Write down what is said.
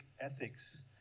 ethics